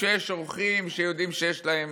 כשיש אורחים שיודעים שיש להם